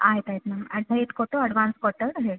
ಆಯ್ತು ಆಯ್ತು ma'am advice ಕೊಟ್ಟು ಅಡ್ವಾನ್ಸ್ ಕೊಟ್ಟು ಹೇಳಿ